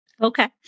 Okay